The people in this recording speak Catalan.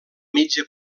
mitja